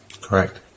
Correct